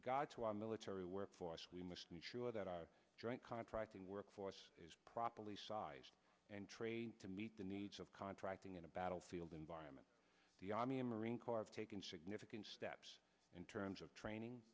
regard to our military work force we must make sure that our joint contracting workforce is properly sized and trade to meet the needs of contracting in a battlefield environment the army and marine corps of taken significant steps in terms of training